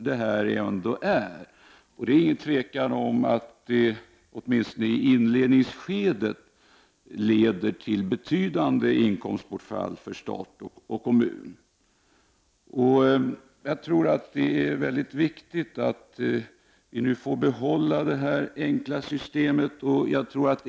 Det råder inget tvivel om att personliga investeringskonton åtminstone i inledningsskedet leder till betydande inkomstbortfall för stat och kommun. Jag tror att det är väldigt viktigt att hålla fast vid det enkla systemet.